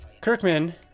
kirkman